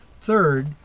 Third